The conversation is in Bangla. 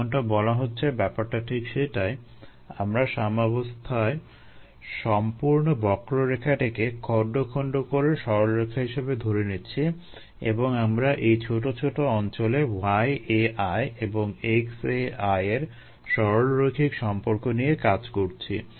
যেমনটা বলা হচ্ছে ব্যাপারটা ঠিক সেটাই আমরা সাম্যাবস্থার সম্পূর্ণ বক্ররেখাটিকে খন্ড খন্ড করে সরলরেখা হিসেবে ধরে নিচ্ছি এবং আমরা এই ছোট ছোট অঞ্চলে yAi এবং xAi এর সরলরৈখিক সম্পর্ক নিয়ে কাজ করছি